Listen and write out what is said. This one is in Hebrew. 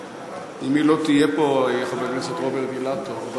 אם היא לא תהיה פה, אז חבר הכנסת רוברט אילטוב.